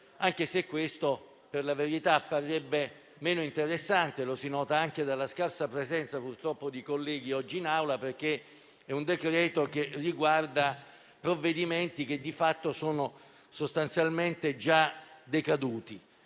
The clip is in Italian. anche se per la verità apparirebbe meno interessante; lo si nota anche dalla scarsa presenza, purtroppo, di colleghi oggi in Aula, perché è un decreto-legge che riguarda provvedimenti che di fatto sono già decaduti.